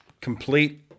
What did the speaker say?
complete